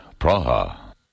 Praha